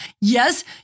Yes